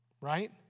right